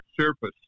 Surface